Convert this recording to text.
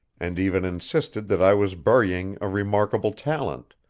and even insisted that i was burying a remarkable talent,